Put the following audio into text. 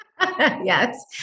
Yes